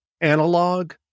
Analog